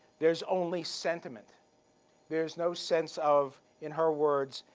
there's only sentiment there's no sense of, in her words,